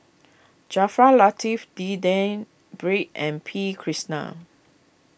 Jaafar Latiff D N Pritt and P Krishnan